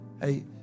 hey